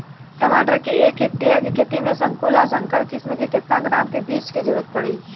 टमाटर के एक हेक्टेयर के खेती में संकुल आ संकर किश्म के केतना ग्राम के बीज के जरूरत पड़ी?